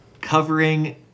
covering